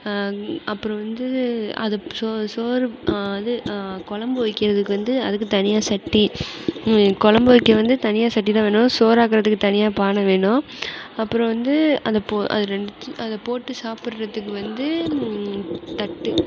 அப்புறம் வந்து அது சோ சோறு இது குழம்பு வைக்கிறதுக்கு வந்து அதுக்கு தனியாக சட்டி குழம்பு வைக்க வந்து தனியாக சட்டிதான் வேணும் சோறாக்குகிறதுக்கு தனியாக பானை வேணும் அப்புறம் வந்து அது ரெண்டு அதை போட்டு சாப்புடறதுக்கு வந்து தட்டு